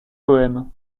poèmes